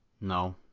No